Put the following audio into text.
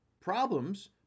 Problems